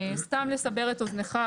סתם לסבר את אוזנך,